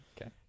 Okay